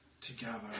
together